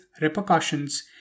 repercussions